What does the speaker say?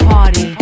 Party